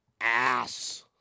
Ass